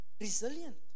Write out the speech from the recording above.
resilient